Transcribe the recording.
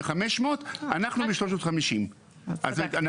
ל-500, אנחנו ב-350, אז אנחנו